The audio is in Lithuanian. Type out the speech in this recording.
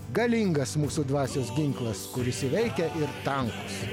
galingas mūsų dvasios ginklas kuris įveikia ir tankus